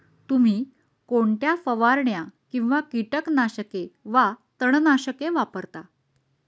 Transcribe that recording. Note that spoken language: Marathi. तुम्ही कोणत्या फवारण्या किंवा कीटकनाशके वा तणनाशके वापरता?